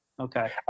Okay